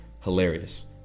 Hilarious